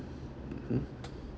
mmhmm